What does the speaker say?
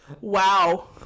Wow